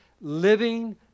Living